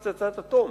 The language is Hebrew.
פצצת אטום